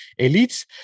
elites